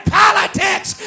politics